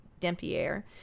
Dempierre